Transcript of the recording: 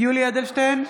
יולי יואל אדלשטיין,